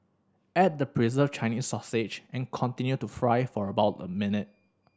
add the preserved Chinese sausage and continue to fry for about a minute